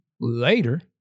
later